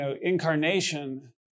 incarnation